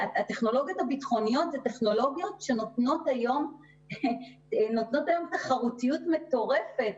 שהטכנולוגיות הביטחוניות הן טכנולוגיות שנותנות היום תחרותיות מטורפת